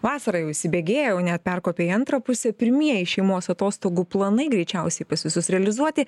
vasarą jau įsibėgėjo net perkopė į antrą pusę pirmieji šeimos atostogų planai greičiausiai pas visus realizuoti